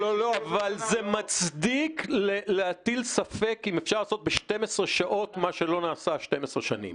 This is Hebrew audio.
אבל זה מצדיק להטיל ספק אם אפשר לעשות ב-12 שעות מה שלא נעשה 12 שנים.